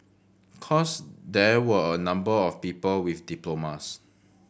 course there were a number of people with diplomas